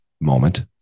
moment